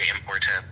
important